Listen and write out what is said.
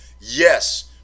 yes